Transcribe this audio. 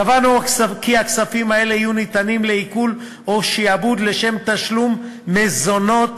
קבענו כי הכספים האלה יהיו ניתנים לעיקול או שעבוד לשם תשלום מזונות